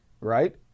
right